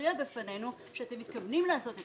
להתריע בפנינו שאתם מתכוונים לעשות את